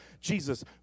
Jesus